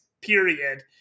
period